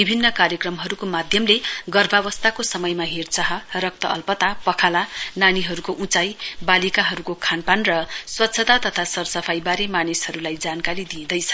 विभिन्न रेडियो कार्यक्रमहरूको माध्यमले गर्भावस्थाको समयमा हेरचाह रक्तअन्पता पखाला नानीहरूको उचाई बालिकाहरूको खानपान र स्वच्छता तथा सरसफाईबारे मानिसहरूलाई जानकारी दिईँदैछ